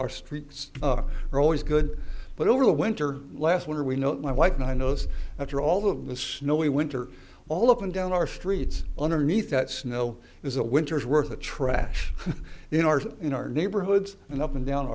our streets are always good but over the winter last winter we know that my wife and i knows after all of the snowy winter all up and down our streets underneath that snow is a winter's worth of trash in our in our neighborhoods and up and down